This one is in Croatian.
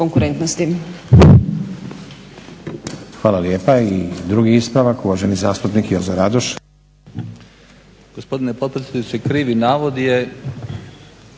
konkurentnosti.